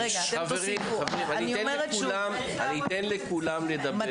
חברים, אני אתם לכולם לדבר.